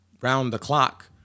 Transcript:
round-the-clock